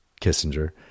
kissinger